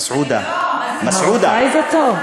מסעודה, מסעודה.